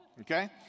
okay